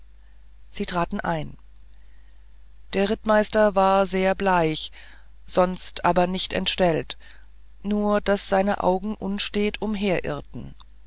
sie traten ein der rittmeister war sehr bleich sonst aber nicht entstellt nur daß sein auge unstet umherirrte